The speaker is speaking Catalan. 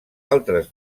altres